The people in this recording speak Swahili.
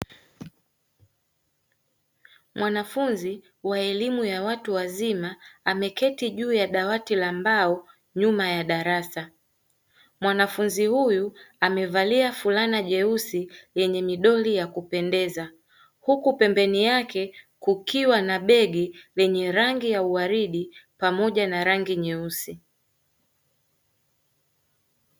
Mwanafunzi wa elimu ya watu wazima ameketi juu ya dawati la mbao, nyuma ya darasa; mwanafunzi huyu amevalia fulani jeusi yenye midori ya kupendeza, huku pembeni yake kukiwa na begi lenye rangi ya uharidi pamoja na nyeusi.